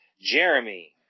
Jeremy